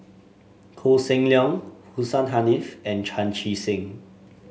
Koh Seng Leong Hussein Haniff and Chan Chee Seng